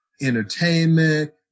entertainment